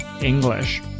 English